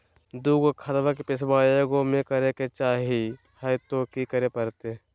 दू गो खतवा के पैसवा ए गो मे करे चाही हय तो कि करे परते?